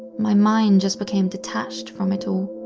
my mind just became detached from it all.